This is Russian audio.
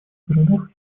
городах